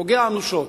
פוגע אנושות.